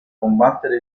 combattere